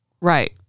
Right